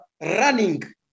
running